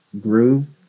groove